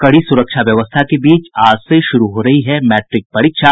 कड़ी सुरक्षा व्यवस्था के बीच आज से शुरू हो रही मैट्रिक परीक्षा